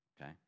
okay